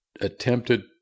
attempted